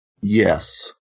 Yes